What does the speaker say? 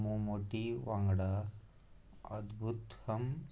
मोमोटी वांगडा अदभुत्तम